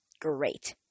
Great